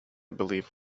believe